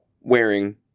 wearing